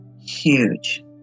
huge